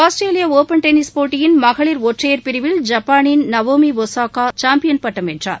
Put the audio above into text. ஆஸ்திரேலிய tennis போட்டியின் மகளிர் ஒற்றயைர் பிரிவில் ஜப்பானின் நவோமி ஒசாகா சாம்பியன் பட்டம் வென்றார்